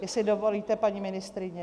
Jestli dovolíte, paní ministryně?